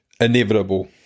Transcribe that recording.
inevitable